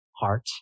heart